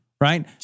right